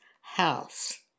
house